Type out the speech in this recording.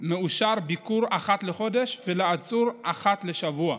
מאושר ביקור אחת לחודש, ולעצור, אחת לשבוע.